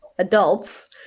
Adults